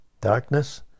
Darkness